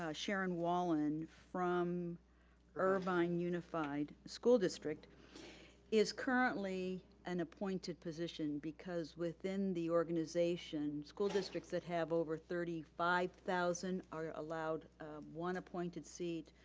ah sharon wallin from irvine unified school district is currently an appointed position because within the organization, school districts that have over thirty five thousand are allowed one appointed seat,